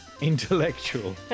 Intellectual